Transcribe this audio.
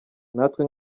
natwe